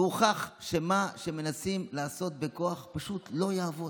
והוכח שמה שמנסים לעשות בכוח פשוט לא יעבוד.